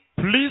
Please